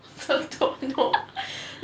I also don't know